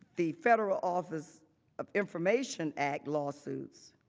the federal office of information act lawsuit,